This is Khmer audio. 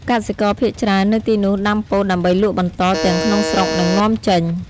កសិករភាគច្រើននៅទីនោះដាំពោតដើម្បីលក់បន្តទាំងក្នុងស្រុក និងនាំចេញ។